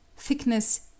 Thickness